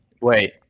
Wait